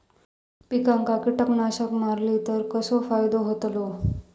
पिकांक कीटकनाशका मारली तर कसो फायदो होतलो?